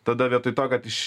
tada vietoj to kad iš